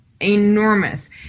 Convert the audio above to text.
enormous